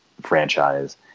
franchise